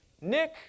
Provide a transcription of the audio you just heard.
Nick